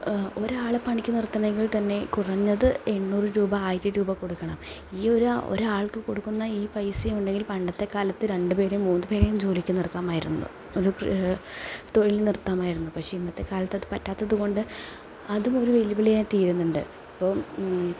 ഒരാളെ പണിക്ക് നിർത്തണമെങ്കിൽതന്നെ കുറഞ്ഞത് എണ്ണൂറുരൂപ ആയിരം രൂപ കൊടുക്കണം ഈ ഒരാൾക്ക് കൊടുക്കുന്ന ഈ പൈസയുണ്ടെങ്കിൽ പണ്ടത്തെക്കാലത്ത് രണ്ടുപേരേയും മൂന്നുപേരേയും ജോലിക്ക് നിർത്താമായിരുന്നു ഒരു തൊഴിലിന് നിർത്താമായിരുന്നു പക്ഷേ ഇന്നത്തെക്കാലത്തത് പറ്റാത്തതുകൊണ്ട് അതും ഒരു വെല്ലുവിളിയായി തീരുന്നുണ്ട് ഇപ്പം